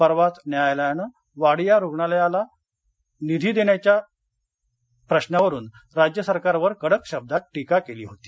परवाच न्यायालयानं वाडिया रुग्णालयालयाला देण्याच्या निधीवरुन राज्य सरकारवर कडक शब्दात टीका केली होती